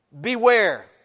Beware